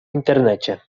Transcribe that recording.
internecie